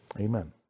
Amen